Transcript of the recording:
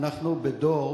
אנחנו בדור